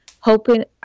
Hoping